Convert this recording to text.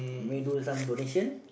may do some donation